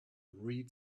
read